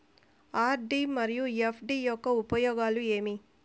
RD మరియు FD యొక్క ఉపయోగాలు ఏమి?